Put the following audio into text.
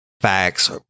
facts